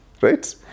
right